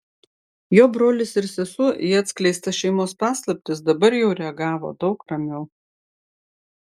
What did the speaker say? jo brolis ir sesuo į atskleistas šeimos paslaptis dabar jau reagavo daug ramiau